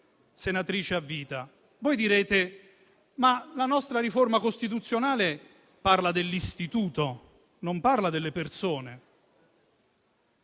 senatrice a vita. Voi direte che la nostra riforma costituzionale parla dell'istituto, non delle persone.